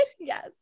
Yes